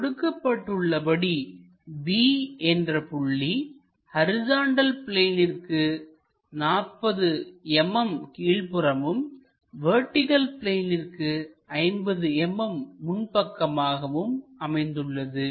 கொடுக்கப்பட்டுள்ளபடி B என்ற புள்ளி horizontal பிளேனிற்கு 40 mm கீழ்ப்புறமும் வெர்டிகள் பிளேனிற்கு 50 mm முன் பக்கமாகவும் அமைந்துள்ளது